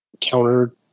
Counter